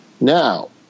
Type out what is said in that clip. Now